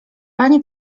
pani